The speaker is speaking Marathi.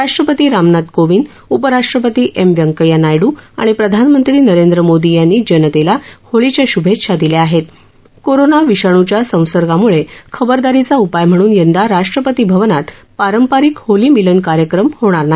राष्ट्रपती रामनाथ कोविंद उपराष्ट्रपती एम वैंकय्या नायडू आणि प्रधानमंत्री नरेंद्र मोदी यांनी जनतेला होळीच्या श्भेच्छा दिल्या आहेत कोरोना विषाणुच्या संसर्गामुळे खबरदारीचा उपाय म्हणून यंदा राष्ट्रपती भवनात पारंपरिक होळी मिलन कार्यक्रम होणार नाही